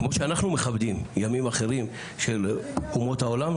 כמו שאנחנו מכבדים ימים אחרים של אומות העולם,